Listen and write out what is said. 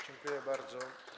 Dziękuję bardzo.